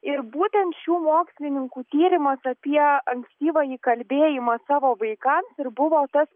ir būtent šių mokslininkų tyrimas apie ankstyvąjį kalbėjimą savo vaikams ir buvo tas